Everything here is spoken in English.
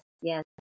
yes